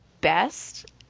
best